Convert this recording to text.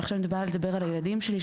אבל קודם אדבר על הילדים שלי.